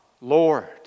Lord